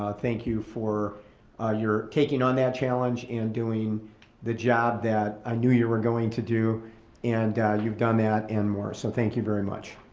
ah thank you for ah taking on that challenge and doing the job that i knew you were going to do and you've done that and more so thank you very much.